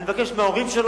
אני מבקש מההורים,